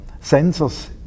sensors